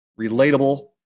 relatable